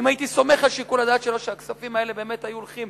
אם הייתי סומך על שיקול הדעת שלו והכספים האלה באמת היו הולכים